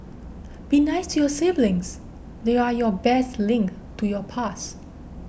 be nice to your siblings they're your best link to your past